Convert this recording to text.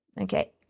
Okay